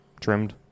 trimmed